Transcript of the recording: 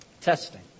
testing